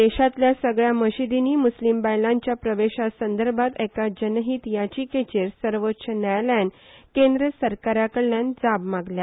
देशातल्या सगळ्या मशीदीनी मुस्लीम बायलांच्या प्रवेशा संदर्भात एका जनहित याचिकेचेर सर्वोच्च न्यायालयान केंद्र सरकाराकडल्यान जाब मागल्या